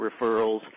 referrals